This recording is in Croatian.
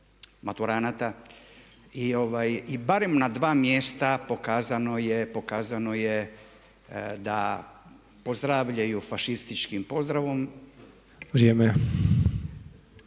maturanata i barem na dva mjesta pokazano je da pozdravljaju fašističkim pozdravom i evo